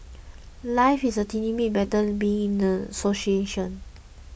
life is a tiny bit better being in an association